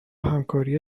همکاری